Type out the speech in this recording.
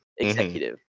executive